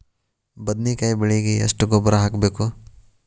ಬದ್ನಿಕಾಯಿ ಬೆಳಿಗೆ ಎಷ್ಟ ಗೊಬ್ಬರ ಹಾಕ್ಬೇಕು?